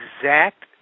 exact